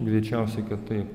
greičiausiai kad taip